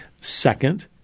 Second